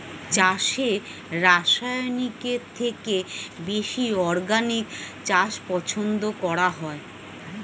চাষে রাসায়নিকের থেকে বেশি অর্গানিক চাষ পছন্দ করা হয়